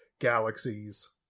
Galaxies